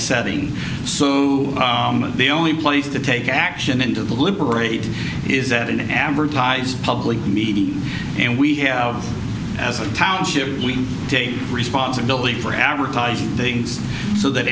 setting so the only place to take action into the liberate is that an advertised public meeting and we have as a township we take responsibility for advertising things so that